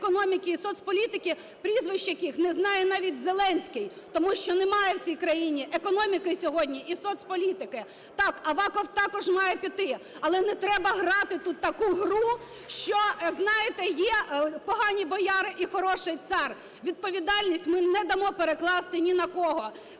Відповідальність ми не дамо перекласти ні на кого.